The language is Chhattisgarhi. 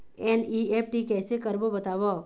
एन.ई.एफ.टी कैसे करबो बताव?